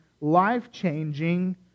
life-changing